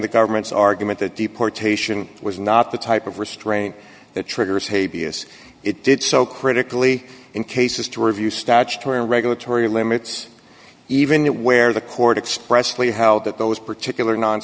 the government's argument that deportation was not the type of restraint that triggers haiti as it did so critically in cases to review statutory and regulatory limits even where the court expressly how that those particular non